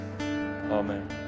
amen